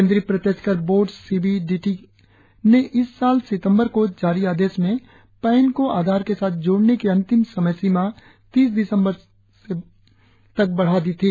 केंद्रीय प्रत्यक्ष कर बोर्ड सी बी डीटी ने इस साल सितंबर को जारी आदेश में पैन को आधार के साथ जोड़ने की अंतिम समय सीमा तीस सितंबर से बढ़ाकर इकत्तीस दिसंबर कर दी थी